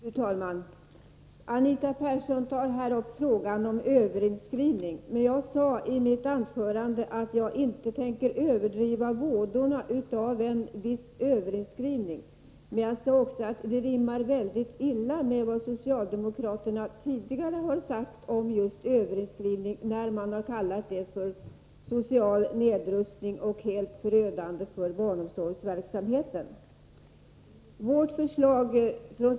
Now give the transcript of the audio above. Fru talman! Anita Persson tar här upp frågan om överinskrivning. Jag sade i mitt anförande visserligen att jag inte tänkte överdriva vådorna av en viss överinskrivning, men jag anförde också att det socialdemokraterna nu hävdar rimmar mycket illa med vad de tidigare har sagt om just överinskrivning. De har ju kallat överinskrivning för social nedrustning och ansett den vara helt förödande för barnomsorgsverksamheten.